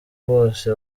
bose